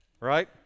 right